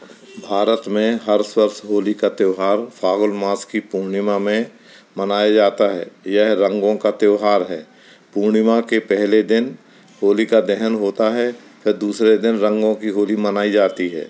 भारत में हर्ष हर्ष होली का त्योहार फागुन मास की पूर्णिमा में मनाया जाता है यह रंगों का त्योहार है पूर्णिमा के पहले दिन होलिका दहन होता है और दूसरे दिन रंगों की होली मनाई जाती है